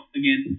again